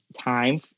time